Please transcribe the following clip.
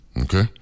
Okay